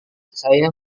saya